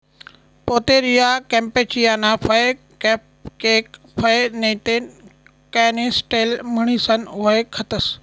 Pouteria कॅम्पेचियाना फय cupcake फय नैते कॅनिस्टेल म्हणीसन वयखतंस